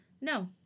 No